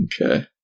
Okay